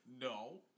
No